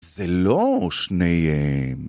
זה לא שניהם